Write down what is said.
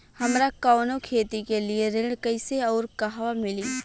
हमरा कवनो खेती के लिये ऋण कइसे अउर कहवा मिली?